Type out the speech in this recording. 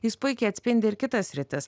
jis puikiai atspindi ir kitas sritis